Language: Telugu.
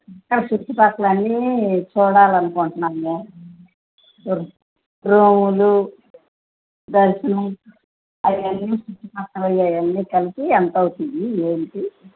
అక్కడ చుట్టుపక్కలన్నీ చూడాలి అనుకుంటున్నాము రు రూములు దర్శనం అవి అన్నీ చుట్టుపక్కల అవి అన్నీ కలిపి ఎంత అవుతుంది ఏంటి